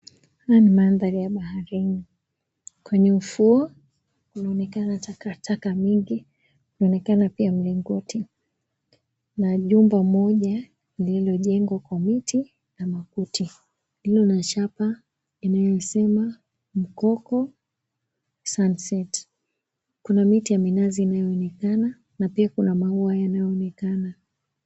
Haya ni mandhari ya baharini. Kwenye ufuo kunaonekana takataka mingi. Kunaonekana pia mlingoti na jumba moja lililojengwa kwa miti na makuti, lililo na chapa inayosema, Mkoko Sunset. Kuna miti ya minazi inayoonekana na pia kuna maua yanayoonekana.